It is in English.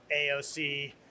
AOC